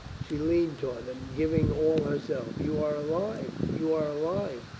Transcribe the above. she leaned toward him, giving all herself. you are alive! you are alive!